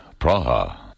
Praha